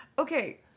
Okay